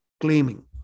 claiming